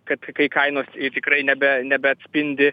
kad kai kainos tikrai nebe nebeatspindi